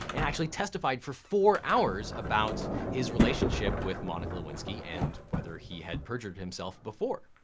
and actually testified for four hours about his relationship with monica lewinsky and whether he had perjured himself before.